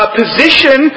position